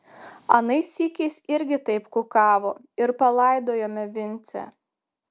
anais sykiais irgi taip kukavo ir palaidojome vincę